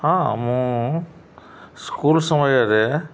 ହଁ ମୁଁ ସ୍କୁଲ୍ ସମୟରେ